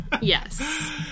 Yes